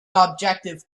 objective